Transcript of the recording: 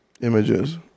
Images